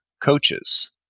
coaches